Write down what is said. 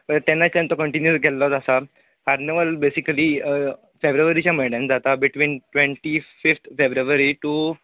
तेन्नाच्यान तो कन्टीनीव केल्लोच आसा कार्निवल बेसीकली फेब्रुवारीच्या म्हयन्यान जाता between twenty fifth February two